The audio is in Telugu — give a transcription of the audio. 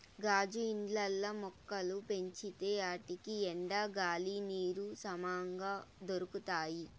గాజు ఇండ్లల్ల మొక్కలు పెంచితే ఆటికి ఎండ, గాలి, నీరు సమంగా దొరకతాయి